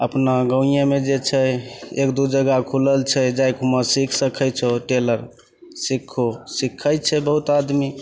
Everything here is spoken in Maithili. अपना गामेमे जे छै एक दुइ जगह खुलल छै जा कऽ हुआँ सिख सकै छहो टेलर सिखो सिखै छै बहुत आदमी